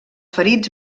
ferits